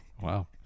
wow